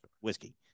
whiskey